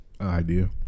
idea